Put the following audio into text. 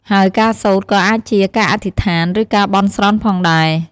ហើយការសូត្រក៏អាចជាការអធិដ្ឋាន ឬការបន់ស្រន់ផងដែរ។